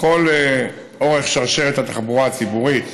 לכל אורך שרשרת התחבורה הציבורית,